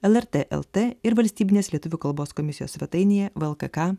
lrt lt ir valstybinės lietuvių kalbos komisijos svetainėje vlkk